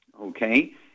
Okay